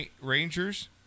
Rangers